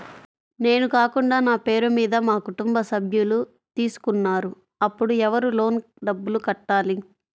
నేను కాకుండా నా పేరు మీద మా కుటుంబ సభ్యులు తీసుకున్నారు అప్పుడు ఎవరు లోన్ డబ్బులు కట్టాలి?